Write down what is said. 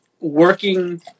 working